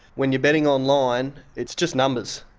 when you're betting online it's just numbers,